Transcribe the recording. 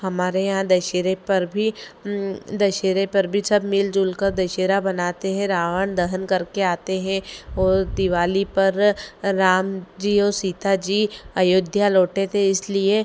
हमारे यहाँ दशहरे पर भी दशहरे पर भी सब मिलजुल कर दशहरा बनाते हैं रावण दहन करके आते हैं और दिवाली पर राम जी और सीता जी अयोध्या लौटे थे इसलिए